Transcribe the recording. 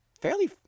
fairly